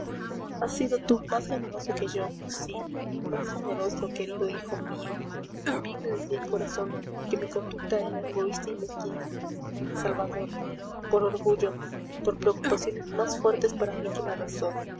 has sido tú más generoso que yo sí más generoso querido hijo mío bien me decía el corazón que mi conducta era egoísta y mezquina salvador por orgullo por preocupaciones más fuertes para mí que la razón